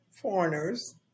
foreigners